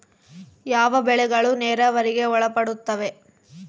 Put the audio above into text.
ಯಾವ ಬೆಳೆಗಳು ನೇರಾವರಿಗೆ ಒಳಪಡುತ್ತವೆ?